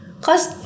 Cause